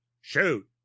Shoot